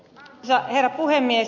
arvoisa herra puhemies